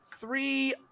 three